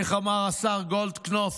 איך אמר השר גולדקנופ?